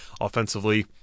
offensively